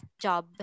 job